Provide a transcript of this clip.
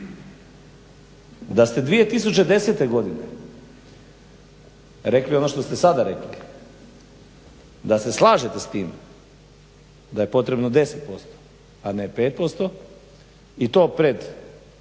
Da ste 2010. godine rekli ono što ste sada rekli, da se slažete s tim da je potrebno 10%, a ne 5% i to pred